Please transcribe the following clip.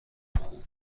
خوب